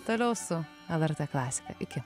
toliau su lrt klasika iki